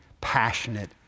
passionate